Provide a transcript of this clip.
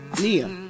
Nia